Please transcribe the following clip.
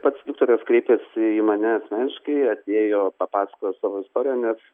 pats viktoras kreipėsi į mane asmeniškai atėjo papasakojo savo istoriją nes